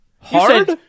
Hard